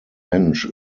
mensch